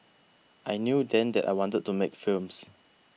I knew then that I wanted to make films